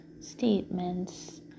statements